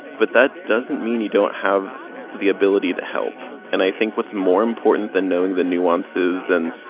but that doesn't mean you don't have the ability to help. and i think what's more important than knowing the nuances and,